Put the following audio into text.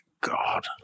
god